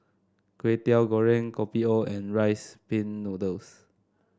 Kway Teow Goreng Kopi O and Rice Pin Noodles